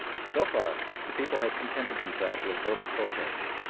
so far the people had contented themselves with verbal protests,